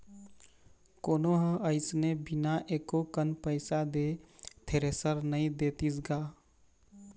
कोनो ह अइसने बिना एको कन पइसा दे थेरेसर नइ देतिस गा